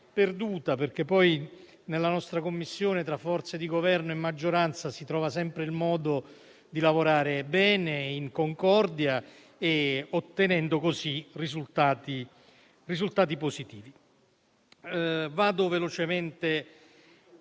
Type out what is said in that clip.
perché nella nostra Commissione tra Governo e forze parlamentari si trova sempre il modo di lavorare bene e in concordia, ottenendo così risultati positivi.